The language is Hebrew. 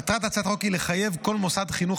מטרת הצעת החוק היא לחייב כל מוסד חינוך